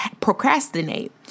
procrastinate